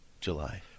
July